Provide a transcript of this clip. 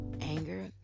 anger